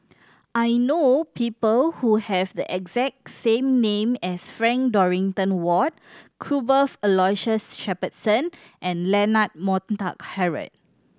I know people who have the exact same name as Frank Dorrington Ward Cuthbert Aloysius Shepherdson and Leonard Montague Harrod